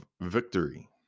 victory